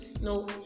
no